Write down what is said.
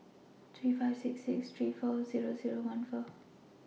three five six six three four Zero Zero one four